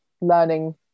learning